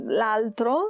l'altro